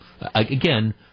again